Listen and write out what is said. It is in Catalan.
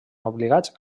obligats